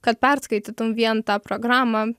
kad perskaitytum vien tą programą